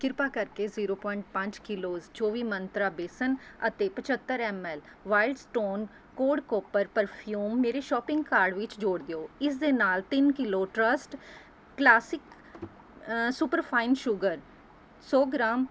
ਕਿਰਪਾ ਕਰਕੇ zero point ਪੰਜ ਕਿਲੋਜ਼ ਚੌਵੀ ਮੰਤਰਾ ਬੇਸਣ ਅਤੇ ਪੰਝੱਤਰ M L wild stone code copper perfume ਮੇਰੇ ਸ਼ੋਪਿੰਗ ਕਾਰਡ ਵਿੱਚ ਜੋੜ ਦਿਓ ਇਸ ਦੇ ਨਾਲ ਤਿੰਨ kilo trust classic super fine sugar ਸੌ ਗ੍ਰਾਮ